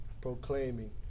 proclaiming